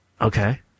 Okay